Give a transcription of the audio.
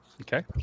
Okay